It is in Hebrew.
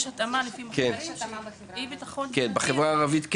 יש התאמה שבלי ביטחון תזונתי --- בחברה הערבית כן,